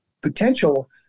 potential